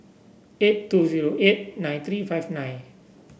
eight two zero eight nine three five nine